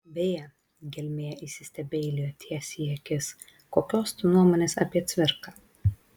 beje gelmė įsistebeilijo tiesiai į akis kokios tu nuomonės apie cvirką